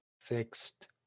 fixed